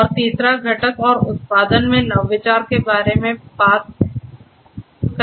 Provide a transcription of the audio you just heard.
और तीसरा घटक प्रक्रिया और उत्पादन में नवाचार के बारे में बात करता है